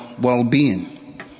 well-being